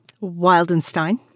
Wildenstein